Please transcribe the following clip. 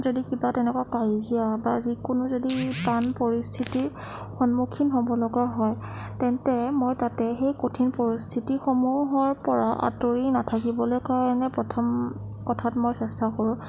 যদি কিবা তেনেকুৱা কাজিয়া বা যিকোনো যদি টান পৰিস্থিতিৰ সন্মুখীন হ'ব লগা হয় তেন্তে মই তাতে সেই কঠিন পৰিস্থিতিসমূহৰ পৰা আঁতৰি নাথাকিবলৈ কাৰণে প্ৰথম কথাত মই চেষ্টা কৰোঁ